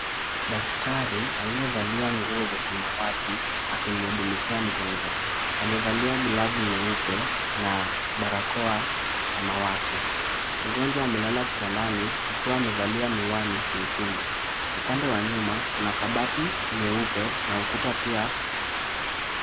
Daktari aliyevalia nguo za samawati akimhudumikia mgonjwa. Amevalia glavu nyeupe na barakoa samawati. Mgonjwa amelala kitandani akiwa amevalia miwani nyekundu. Upande wa nyuma kuna kabati nyeupe na ukuta pia.